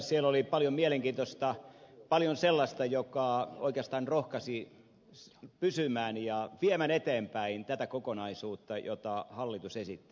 siellä oli paljon mielenkiintoista paljon sellaista joka oikeastaan rohkaisi viemään eteenpäin tätä kokonaisuutta jota hallitus esitti